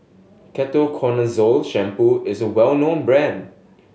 Ketoconazole Shampoo is a well known brand